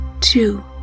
two